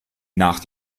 nach